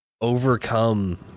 overcome